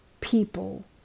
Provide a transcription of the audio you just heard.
people